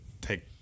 take